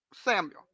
Samuel